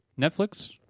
Netflix